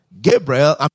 Gabriel